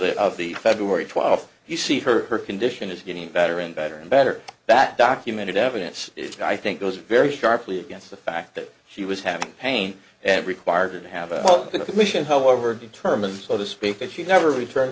that of the february twelfth you see her condition is getting better and better and better that documented evidence is guy i think goes very sharply against the fact that she was having pain and required to have a commission however are determined so to speak that she never return